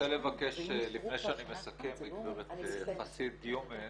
לפני שאני מסכים אני רוצה לבקש מגברת חוסיד דיומן